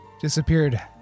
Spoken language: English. Disappeared